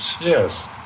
yes